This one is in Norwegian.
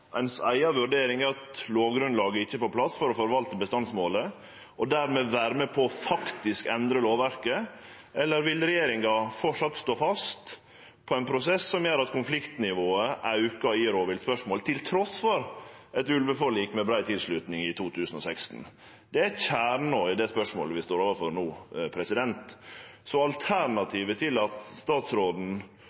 at eiga vurdering er at lovgrunnlaget ikkje er på plass for å forvalte bestandsmålet, og dermed vere med på faktisk å endre lovverket, eller vil regjeringa framleis stå fast på ein prosess som gjer at konfliktnivået aukar i rovviltspørsmålet, trass i eit ulveforlik med brei tilslutning i 2016? Det er kjernen i det spørsmålet vi står overfor no. Alternativet til at statsråden